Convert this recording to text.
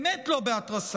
באמת לא בהתרסה.